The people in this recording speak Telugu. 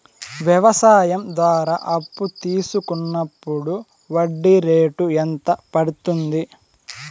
వ్యవసాయం ద్వారా అప్పు తీసుకున్నప్పుడు వడ్డీ రేటు ఎంత పడ్తుంది